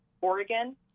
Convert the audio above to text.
Oregon